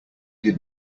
did